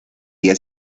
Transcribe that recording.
día